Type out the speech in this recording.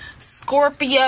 Scorpio